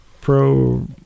pro